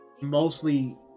mostly